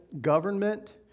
government